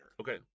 Okay